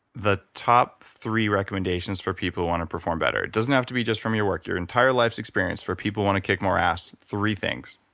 the top three recommendations for people who want to perform better. it doesn't have to be just from your work. your entire life's experience, for people who want to kick more ass, three things.